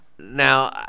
Now